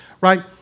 right